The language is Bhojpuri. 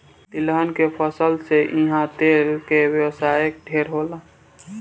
तिलहन के फसल से इहा तेल के व्यवसाय ढेरे होला